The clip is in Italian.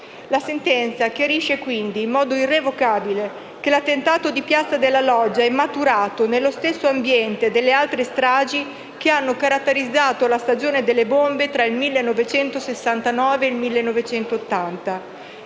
La sentenza chiarisce, quindi, in modo irrevocabile che l'attentato di piazza della Loggia è maturato nello stesso ambiente delle altre stragi che hanno caratterizzato la stagione delle bombe tra il 1969 e il 1980.